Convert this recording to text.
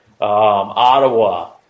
Ottawa